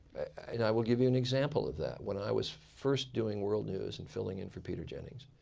and i will give you an example of that. when i was first doing world news and filling in for peter jennings.